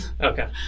Okay